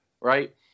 right